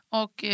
och